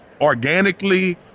organically